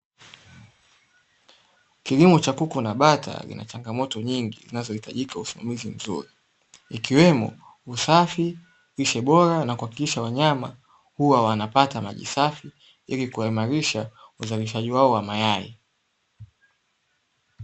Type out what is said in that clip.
Kilimo cha kuku na bata kinachangamoto nyingi zinazojika usimamizi mzuri ikiwemo usafi, lishe bora na kuhakikisha wanyama huwa wanapata hewa safi ilikuimarisha uzalishaji wao wa mayai.